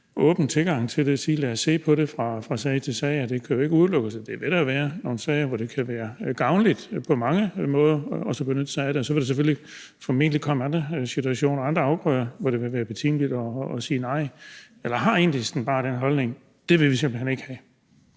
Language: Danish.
åben tilgang til det og siger, at man vil se på det fra sag til sag? Det kan jo ikke udelukkes, at der vil være nogle sager, hvor det på mange måder kan være gavnligt at benytte sig af det, og så vil der formentlig komme andre situationer og afgrøder, hvor det vil være betimeligt at sige nej. Eller har Enhedslisten bare den holdning, at det vil man simpelt hen ikke have?